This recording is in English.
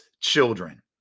children